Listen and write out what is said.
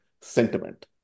sentiment